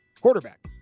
Quarterback